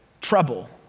trouble